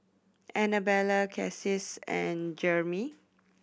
Annabella Cassius and Jeramie